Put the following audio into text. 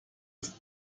ist